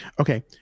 Okay